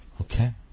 Okay